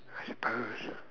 I suppose